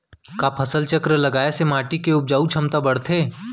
का फसल चक्र लगाय से माटी के उपजाऊ क्षमता बढ़थे?